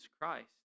Christ